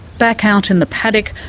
back out in the paddock,